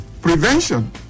prevention